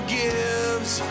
gives